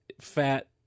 fat